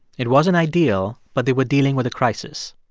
it wasn't ideal, but they were dealing with a crisis.